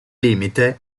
limite